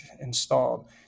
installed